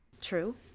True